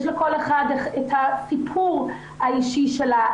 יש לכל אחת את הסיפור האישי שלה.